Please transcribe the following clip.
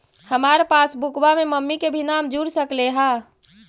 हमार पासबुकवा में मम्मी के भी नाम जुर सकलेहा?